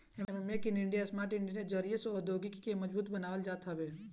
एमे make in India, startup India के जरिया से औद्योगिकी के मजबूत बनावल जात हवे